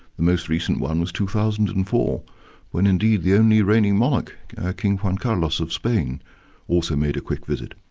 the most recent one was two thousand and four when indeed the only reigning monarch king juan carlos of spain also made a quick visit.